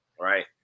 right